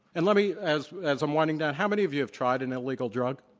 and let me as as i'm winding down, how many of you have tried an illegal drug?